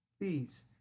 Please